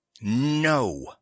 No